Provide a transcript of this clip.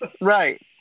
Right